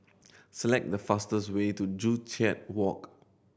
select the fastest way to Joo Chiat Walk